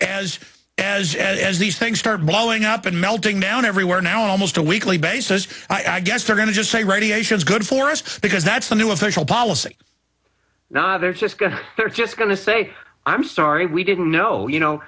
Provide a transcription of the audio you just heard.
as as as these things start blowing up and melting down everywhere now in almost a weekly basis i guess they're going to just say radiation is good for us because that's the new official policy now they're just going to they're just going to say i'm sorry we didn't know you know